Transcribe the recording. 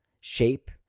shape